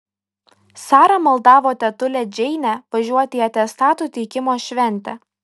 sara maldavo tetulę džeinę važiuoti į atestatų teikimo šventę